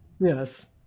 Yes